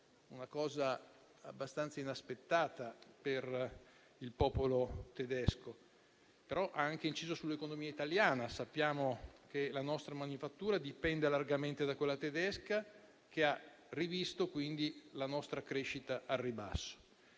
una cosa abbastanza inaspettata per il popolo tedesco. Ciò però ha inciso anche sull'economia italiana: sappiamo che la nostra manifattura dipende largamente da quella tedesca, che ha rivisto quindi la nostra crescita al ribasso.